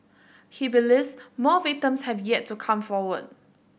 he believes more victims have yet to come forward